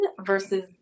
versus